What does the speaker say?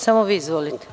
Samo vi izvolite.